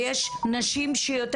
ויש אנשים.